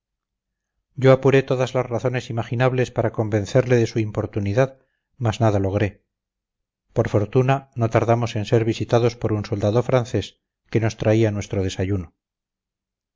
yo apuré todas las razones imaginables para convencerle de su importunidad mas nada logré por fortuna no tardamos en ser visitados por un soldado francés que nos traía nuestro desayuno